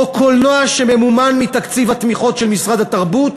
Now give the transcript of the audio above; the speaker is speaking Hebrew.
חוק קולנוע שממומן מתקציב התמיכות של משרד התרבות,